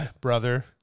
brother